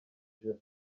ijosi